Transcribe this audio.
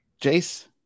Jace